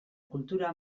kultura